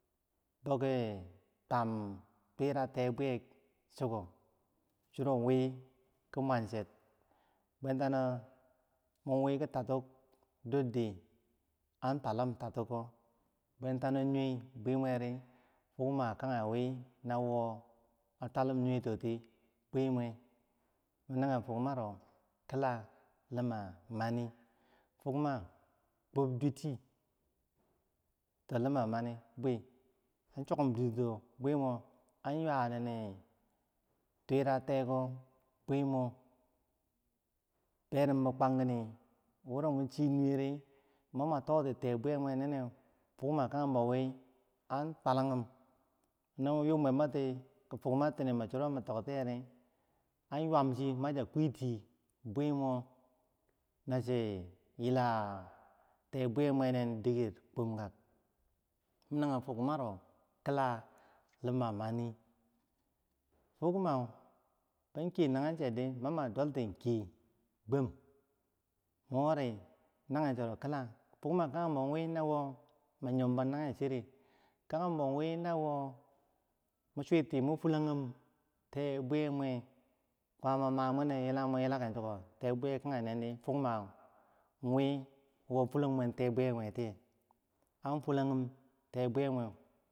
biki, tuwan turak te bwiyek chiko, chiro, wi, ki muwan cher, bwan tano mu wi, ki tatuk dor di an twalum tatuko, bwentano, nyue bumari fukma kagewi nawo a twalum nyurto tete bwimur, nangen fokkumaro kila, luma mani, fokkuma kwom dutika lima mani bwi mo, an ywar nini twerak keh ko bwe bo, berum bi kwang nini wo ro mun chinuweh ri mama toh ti tai bumoro nene, fukma kagembo wi an twalagum, no mun yu mumboti ki fukma cho min toktiyeh ri an ywam chhi machiyah kwiti burmo na chi yilah tai bwiyer mwe nen diker kwamker, nagen fukma ro kila lima mani fukma ban kiyeh nagercher di mamadolti kiyeh gwam, wori nagen chero kila fukma kagembo wi na woh min yom bo nager chireh, kagumbo wi no mun suiti mun fulagum tei buyebwe kwama mamwener namu yila ken chiko tai biyeh kageri, wi woha fulang mwen teh buyeh murti namu teh bwe yemweu.